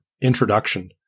introduction